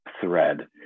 thread